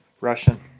Russian